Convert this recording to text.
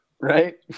Right